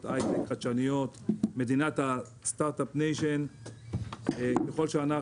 הייטק חדשניות כמדינת סטארט-אפ ונשקיע,